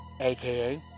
aka